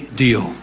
deal